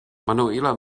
manuela